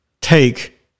take